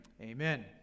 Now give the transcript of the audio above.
Amen